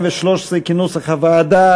התקבל כנוסח הוועדה